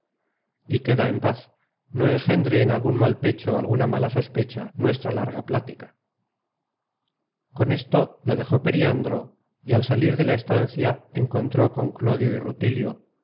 y queda en paz no engendre en algun mal pecho alguna mala sospecha nuestra larga plática content from google book search generated at con esto la dejó periandro y al salir de la estancia encontró con clodio y rutilio